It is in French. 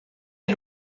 est